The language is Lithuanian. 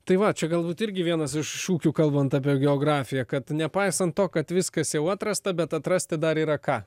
tai va čia galbūt irgi vienas iš šūkių kalbant apie geografiją kad nepaisant to kad viskas jau atrasta bet atrasti dar yra ką